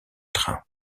train